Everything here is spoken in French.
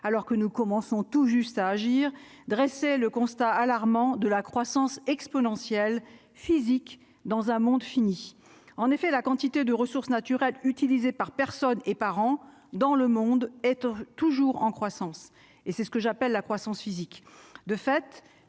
alors que nous commençons tout juste à agir dressé le constat alarmant de la croissance exponentielle physique dans un monde fini, en effet, la quantité de ressources naturelles utilisées par personne et par an dans le monde, être toujours en croissance et c'est ce que j'appelle la croissance physique de fait